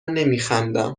نمیخندم